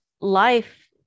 life